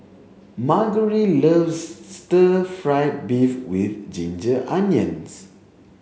Margery loves stir fried beef with ginger onions